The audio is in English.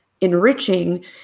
enriching